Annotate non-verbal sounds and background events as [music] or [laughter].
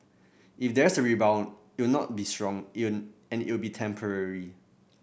if there's a rebound it'll not be strong [unintelligible] and it'll be temporary